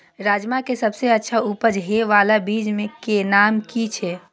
राजमा के सबसे अच्छा उपज हे वाला बीज के नाम की छे?